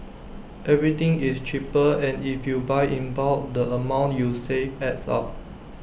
everything is cheaper and if you buy in bulk the amount you save adds up